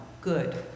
good